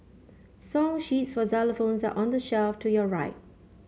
song sheets for xylophones are on the shelf to your right